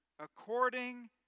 According